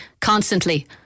constantly